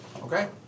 Okay